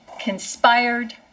conspired